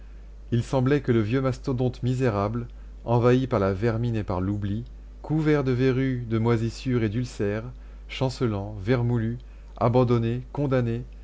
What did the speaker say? il semblait que le vieux mastodonte misérable envahi par la vermine et par l'oubli couvert de verrues de moisissures et d'ulcères chancelant vermoulu abandonné condamné